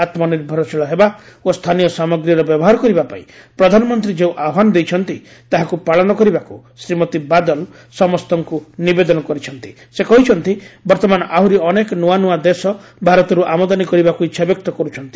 ଆତ୍ମନିର୍ଭରଶୀଳ ହେବା ଓ ସ୍ଥାନୀୟ ସାମଗ୍ରୀର ବ୍ୟବହାର କରିବା ପାଇଁ ପ୍ରଧାନମନ୍ତ୍ରୀ ଯେଉଁ ଆହ୍ପାନ ଦେଇଛନ୍ତି ତାହାକୁ ପାଳନ କରିବାକୁ ଶ୍ରୀମତୀ ବାଦଲ ସମସ୍ତଙ୍କୁ ନିବେଦନ କରିଛନ୍ତି ସେ କହିଛନ୍ତି ବର୍ତ୍ତମାନ ଆହୁରି ଅନେକ ନୂଆ ନୂଆ ଦେଶ ଭାରତରୁ ଆମଦାନୀ କରିବାକୁ ଇଚ୍ଛାବ୍ୟକ୍ତ କରୁଛନ୍ତି